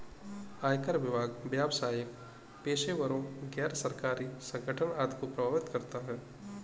आयकर विभाग व्यावसायिक पेशेवरों, गैर सरकारी संगठन आदि को प्रभावित करता है